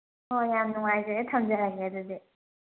ꯑꯣ ꯌꯥꯝ ꯅꯨꯡꯉꯥꯏꯖꯔꯦ ꯊꯝꯖꯔꯒꯦ ꯑꯗꯨꯗꯤ